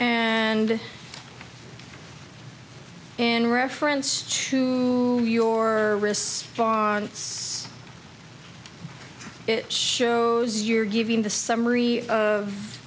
and in reference to your response it shows you're giving the summary of